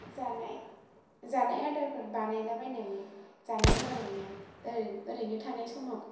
जानाय जानाय आदारफोर बानायला बायनानै जानो मोजां मोनो ओरैनो थानाय समाव